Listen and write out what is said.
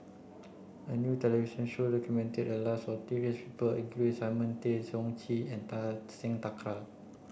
a new television show documented the lives of people including Simon Tay Seong Chee and Kartar Singh Thakral